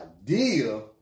idea